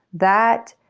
that,